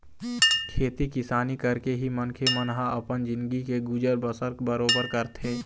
खेती किसानी करके ही मनखे मन ह अपन जिनगी के गुजर बसर बरोबर करथे